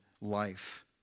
life